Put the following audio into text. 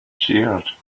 cheered